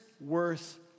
worth